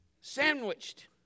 Sandwiched